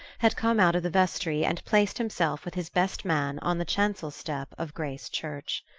had come out of the vestry and placed himself with his best man on the chancel step of grace church.